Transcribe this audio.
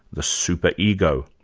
the super ego.